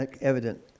evident